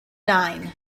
nine